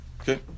Okay